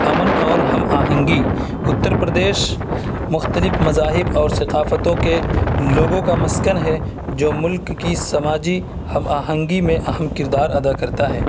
امن اور ہم آہنگی اُتّر پردیش مختلف مذاہب اور ثقافتوں کے لوگوں کا مسکن ہے جو ملک کی سماجی ہم آہنگی میں اہم کردار ادا کرتا ہے